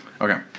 Okay